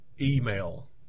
email